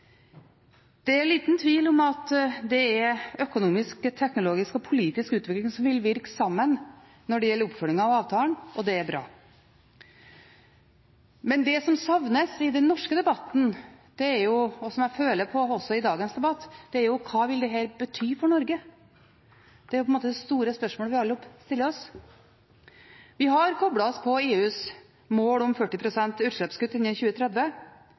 Det er liten tvil om at økonomisk, teknologisk og politisk utvikling vil virke sammen når det gjelder oppfølging av avtalen, og det er bra. Men det som savnes i den norske debatten – og som jeg føler på også i dagens debatt – er hva dette vil bety for Norge. Det er på en måte det store spørsmålet vi alle stiller oss. Vi har koblet oss på EUs mål om 40 pst. utslippskutt innen 2030,